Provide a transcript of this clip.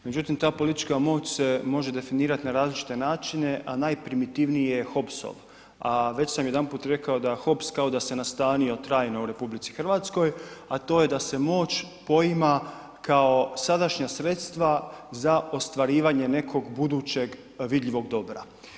Međutim ta politička moć se može definirati na različite načine, a najprimitivniji je Hopsov, a već sam jedanput rekao da Hops kao da se nastanio trajno u RH, a to je da se moć poima kao sadašnja sredstva za ostvarivanje nekog budućeg vidljivog dobra.